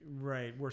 Right